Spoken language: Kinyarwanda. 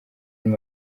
muri